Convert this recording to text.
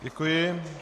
Děkuji.